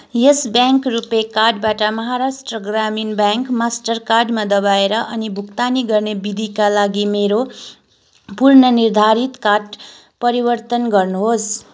यस bank रुपियाँ कार्डबाट Maharashtra Gramin bank master कार्डमा दबाएर अनि भुक्तानी गर्ने विधिका लागि मेरो पूर्णनिर्धारित कार्ड परिवर्तन गर्नुहोस्